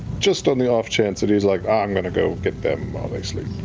just on the off-chance that he's like, oh, i'm going to go get them while they sleep.